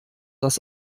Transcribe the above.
das